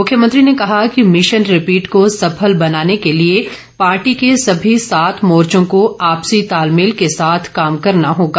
मुख्यमंत्री ने कहा कि भिशन रिपीट को सफल बनाने के लिए पार्टी के सभी सात मोर्चो को आपसी तालमेल ँके साथ काम करना होगा